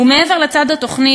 ומעבר לצד התוכני,